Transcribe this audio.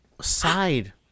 side